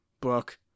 book